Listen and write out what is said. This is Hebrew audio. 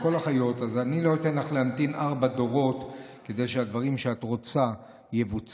אז אני לא אתן לך להמתין ארבעה דורות כדי שהדברים שאת רוצה יבוצעו.